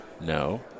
No